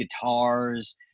guitars